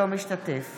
אינו משתתף